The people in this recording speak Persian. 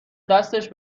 دستش